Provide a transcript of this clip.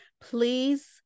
Please